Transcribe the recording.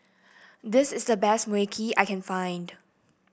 this is the best Mui Kee I can find